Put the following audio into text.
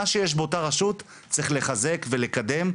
מה שיש באותה רשות צריך לחזק ולקדם,